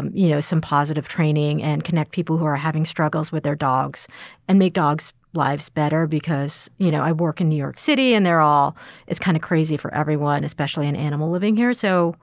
um you know, some positive training and connect people who are having struggles with their dogs and make dogs lives better. because, you know, i work in new york city and they're all it's kind of crazy for everyone, and especially an animal living here. so